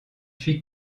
huit